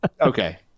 okay